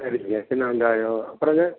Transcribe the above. சரிங்க சின்ன வெங்காயம் அப்புறங்க